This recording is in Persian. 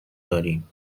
داریم